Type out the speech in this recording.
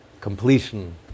completion